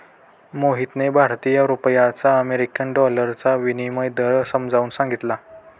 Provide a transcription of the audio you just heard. मोहितने भारतीय रुपयाला अमेरिकन डॉलरचा विनिमय दर समजावून सांगितला